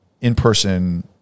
in-person